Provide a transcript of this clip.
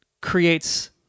creates